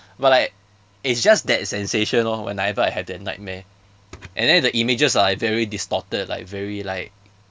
but like it's just that sensation lor whenever I have that nightmare and then the images are very distorted like very like